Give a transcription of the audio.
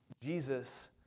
Jesus